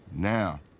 Now